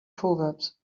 proverbs